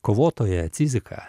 kovotoją ciziką